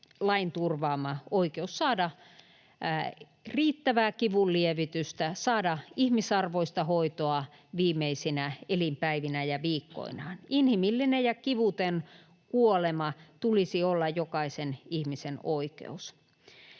lain turvaama oikeus saada riittävää kivunlievitystä, saada ihmisarvoista hoitoa viimeisinä elinpäivinään ja -viikkoinaan. Inhimillisen ja kivuttoman kuoleman tulisi olla jokaisen ihmisen oikeus.